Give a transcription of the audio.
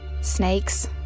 Snakes